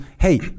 Hey